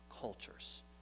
cultures